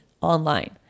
online